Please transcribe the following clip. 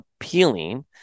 appealing